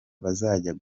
bazajya